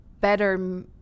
better